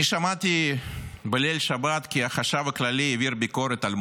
אני שמעתי בליל שבת כי החשב הכללי העביר ביקורת על מודי'ס.